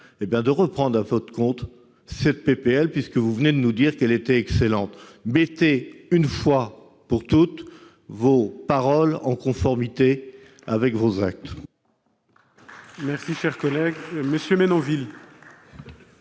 de loi à votre compte, puisque vous venez de nous dire qu'elle était excellente. Mettez une fois pour toutes vos paroles en conformité avec vos actes